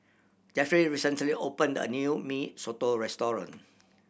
Jeffry recently opened a new Mee Soto restaurant